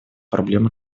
проблемы